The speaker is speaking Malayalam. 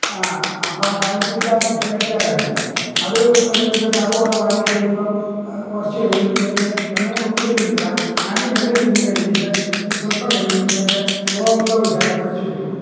അപ്പോള് ആ കാലിത്തീറ്റ ഈ പെല്ലറ്റായിട്ടാ വരുന്നത് അത് വരുമ്പോഴത്തേക്ക് അത് കുറേ വാരി ഇട്ട് കഴിയുമ്പോള് കുറച്ച് കഴിയുമ്പോഴത്തേക്ക് രണ്ടും കൂടി ഒന്നിച്ചെടുക്കത്തില്ല ആദ്യം പെല്ലറ്റ് തിന്ന് കഴിഞ്ഞിട്ട് പിന്നെ സ്വൽപ്പം കഴിയുമ്പഴത്തേക്ക് ഗോതമ്പ് തവിട് ശകലം കുഴച്ചു വച്ചുകൊടുക്കും